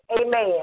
amen